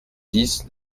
dix